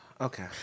Okay